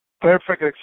Perfect